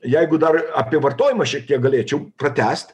jeigu dar apie vartojimą šiek tiek galėčiau pratęst